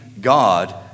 God